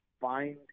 find –